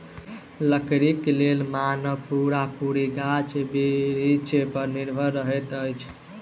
लकड़ीक लेल मानव पूरा पूरी गाछ बिरिछ पर निर्भर रहैत अछि